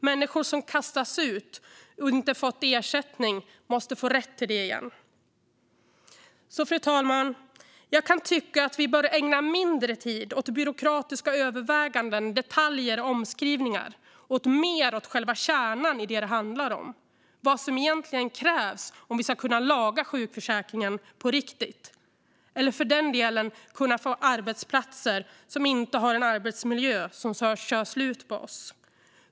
Människor som kastats ut utan ersättning måste få rätt till det igen. Fru talman! Jag tycker att vi bör ägna mindre tid åt byråkratiska överväganden, detaljer och omskrivningar och mer åt själva kärnan. Det handlar om vad som egentligen krävs om vi ska kunna laga sjukförsäkringen på riktigt och att kunna få arbetsplatser som inte har en arbetsmiljö som kör slut på oss.